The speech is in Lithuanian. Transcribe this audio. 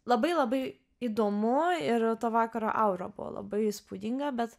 labai labai įdomu ir to vakaro aura buvo labai įspūdinga bet